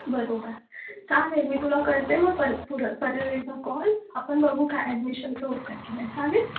बरोबर चालेल मी तुला करते मग पण पुर परत एकदा कॉल आपण बघू काय ॲडमिशनचं होत आहे की नाही चालेल